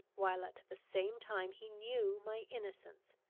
while at the same time he knew my innocence,